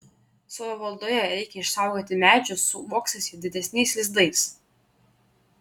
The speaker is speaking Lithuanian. savo valdoje reikia išsaugoti medžius su uoksais ir didesniais lizdais